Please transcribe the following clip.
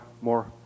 more